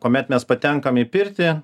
kuomet mes patenkam į pirtį